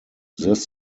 this